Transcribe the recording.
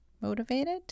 motivated